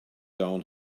down